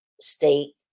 state